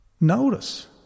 Notice